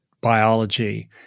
biology